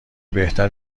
بهتر